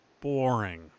boring